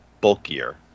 bulkier